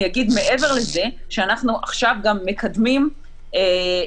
אני אגיד מעבר לזה שאנחנו עכשיו גם מקדמים אפשרות